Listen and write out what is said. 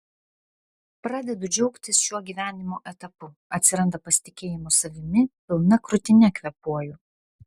pradedu džiaugtis šiuo gyvenimo etapu atsiranda pasitikėjimo savimi pilna krūtine kvėpuoju